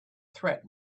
threat